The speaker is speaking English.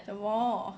什么